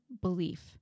belief